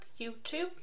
YouTube